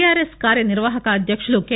TRS కార్యనిర్వాహక అధ్యక్షుడు K